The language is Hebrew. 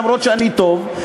אפילו שאני טוב,